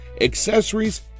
accessories